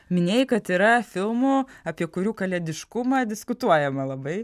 minėjai kad yra filmų apie kurių kalėdiškumą diskutuojama labai